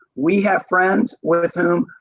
we have friends, with whom,